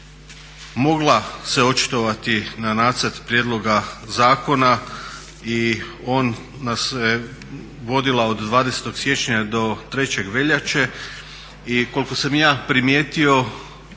mogla se očitovati na nacrt prijedloga zakona i on nas se vodila od 20. siječnja do 3. veljače. I koliko sam ja primijetio